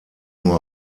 nur